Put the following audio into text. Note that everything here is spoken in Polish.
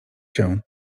się